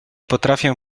potrafię